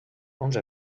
onze